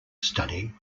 study